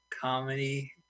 comedy